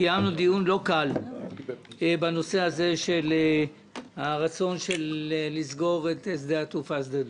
לא קל בנושא הרצון לסגירת שדה התעופה דב.